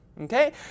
Okay